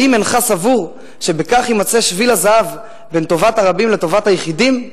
האם אינך סבור שבכך יימצא שביל הזהב בין טובת הרבים לטובת היחידים?